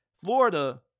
Florida